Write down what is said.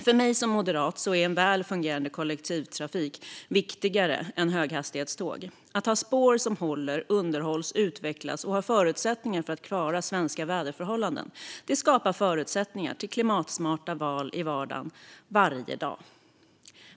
För mig som moderat är en väl fungerande kollektivtrafik viktigare än höghastighetståg. Att ha spår som håller, underhålls, utvecklas och har förutsättningar att klara svenska väderförhållanden skapar förutsättningar för klimatsmarta val i vardagen varje dag.